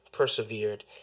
persevered